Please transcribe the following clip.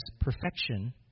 perfection